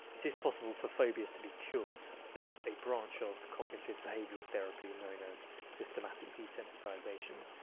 it is possible for phobias to be cured. there's a branch of cognitive behavioural therapy known as systematic desensitisation,